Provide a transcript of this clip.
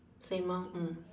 same orh mm